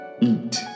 EAT